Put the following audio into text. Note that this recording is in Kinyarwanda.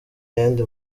yandi